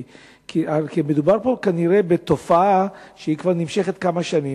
כי מדובר פה, כנראה, בתופעה שכבר נמשכת כמה שנים.